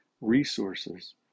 resources